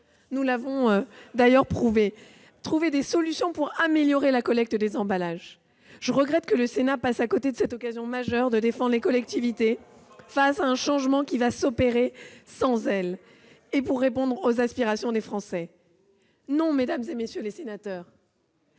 tous dans cette assemblée de trouver des solutions pour améliorer la collecte des emballages. Je regrette que le Sénat passe à côté de cette occasion majeure de défendre les collectivités face à un changement qui va s'opérer sans elles, et de répondre aux aspirations des Français. Non, mesdames, messieurs les sénateurs,